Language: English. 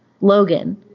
Logan